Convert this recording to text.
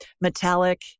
metallic